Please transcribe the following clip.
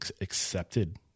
accepted